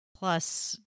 Plus